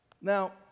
Now